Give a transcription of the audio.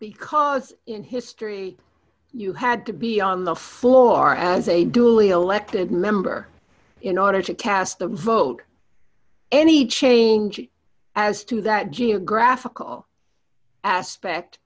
because in history you had to be on the floor as a duly elected member in order to cast the vote any change as to that geographical aspect